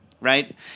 right